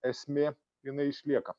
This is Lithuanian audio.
esmė jinai išlieka